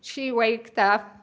she waked up